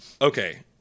okay